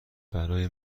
برای